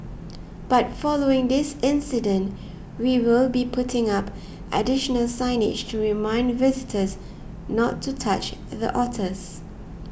but following this incident we will be putting up additional signage to remind visitors not to touch the otters